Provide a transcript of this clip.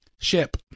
ship